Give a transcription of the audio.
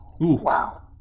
Wow